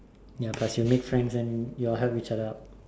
ya plus you make friends y'all help each other out